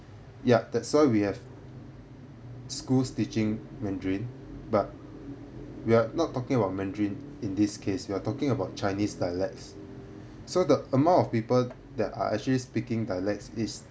ya that's why we have schools teaching mandarin but we're not talking about mandarin in this case you are talking about chinese dialects so the amount of people that are actually speaking dialects is